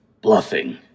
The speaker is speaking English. Bluffing